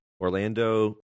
Orlando